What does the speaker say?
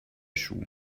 schuh